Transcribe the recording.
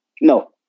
No